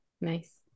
Nice